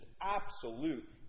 absolute